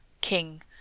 king